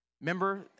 Remember